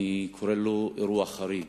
אני קורא לו אירוע חריג,